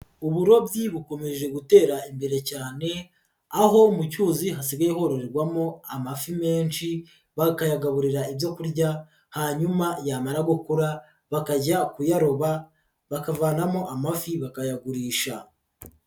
Uburobyi bukomeje gutera imbere cyane aho mu cyuzi hasigaye harorerwamo amafi menshi, bakayagaburira ibyo kurya hanyuma yamara gukura bakajya kuyaroba, bakavanamo amafi bakayagurisha.